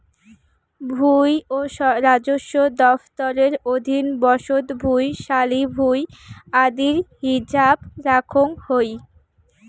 ভুঁই ও রাজস্ব দফতরের অধীন বসত ভুঁই, শালি ভুঁই আদির হিছাব রাখাং হই